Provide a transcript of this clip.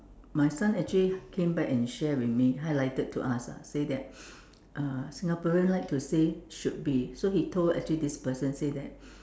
my son actually came back and share with me highlighted to us ah say that uh Singaporean like to say should be so he told actually this person said that